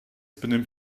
benimmt